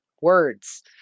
words